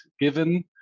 given